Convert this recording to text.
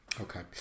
Okay